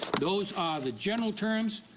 those are the general terms.